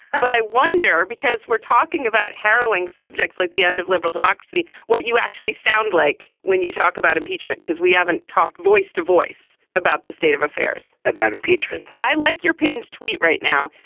but i wonder, because we're talking about harrowing subjects like the end of liberal democracy. what you actually sound like when you talk about impeachment, because we haven't talked voiced a voice about the state of affairs, about impeachment. i like your pinned tweet right now.